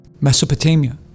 Mesopotamia